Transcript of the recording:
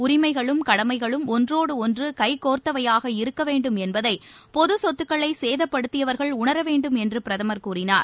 உரிமைகளும் கடமைகளும் ஆன்றோடு ஆன்று கைகோர்த்தவையாக இருக்க வேண்டும் என்பதை பொதுச்சொத்துக்களை சேதப்படுத்தியவர்கள் உணர வேண்டும் என்று பிரதமர் கூறினார்